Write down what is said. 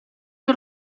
che